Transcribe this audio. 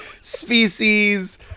Species